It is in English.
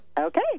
Okay